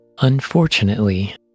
Unfortunately